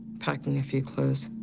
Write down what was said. packing a few clothes,